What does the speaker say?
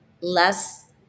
less